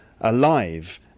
alive